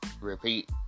repeat